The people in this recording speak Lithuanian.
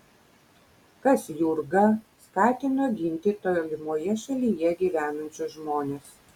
kas jurgą skatino ginti tolimoje šalyje gyvenančius žmones